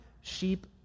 sheep